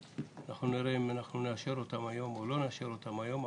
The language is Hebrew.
אנחנו נראה אם נאשר אותן היום או לא נאשר אותן היום.